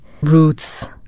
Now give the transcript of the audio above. Roots